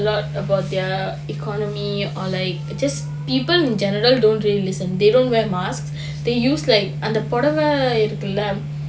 a lot about their economy or like just people in general don't really listen they don't wear masks they use like அந்த பொடவ இருக்குல:antha podava irukkula